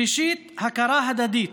השלישי, הכרה הדדית